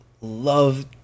love